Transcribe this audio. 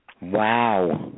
Wow